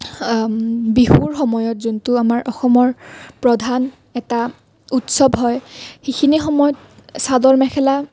বিহুৰ সময়ত যোনটো আমাৰ অসমৰ প্ৰধান এটা উৎসৱ হয় সেইখিনি সময়ত চাদৰ মেখেলা